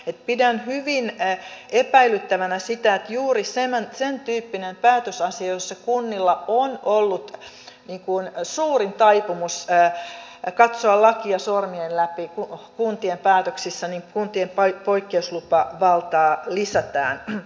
pidän hyvin epäilyttävänä sitä että juuri sen tyyppisissä kuntien päätösasioissa joissa kunnilla on ollut suurin taipumus katsoa lakia sormien läpi niin kuntien poikkeuslupavaltaa lisätään